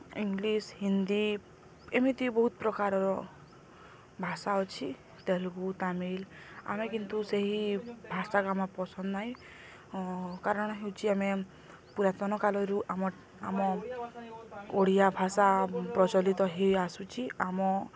English Hindi ଏମିତି ବହୁତ ପ୍ରକାରର ଭାଷା ଅଛି ତେଲୁଗୁ ତାମିଲ୍ ଆମେ କିନ୍ତୁ ସେହି ଭାଷାକୁ ଆମେ ପସନ୍ଦ ନାହିଁ କାରଣ ହେଉଛି ଆମେ ପୁରାତନ କାଳରୁ ଆମ ଆମ ଓଡ଼ିଆ ଭାଷା ପ୍ରଚଳିତ ହୋଇଆସୁଛି ଆମ